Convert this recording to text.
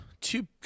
two